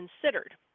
considered